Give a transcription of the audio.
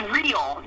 real